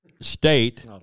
state